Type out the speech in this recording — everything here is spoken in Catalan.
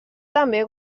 també